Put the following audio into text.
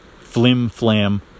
flim-flam